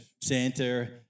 Santa